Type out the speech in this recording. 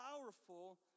powerful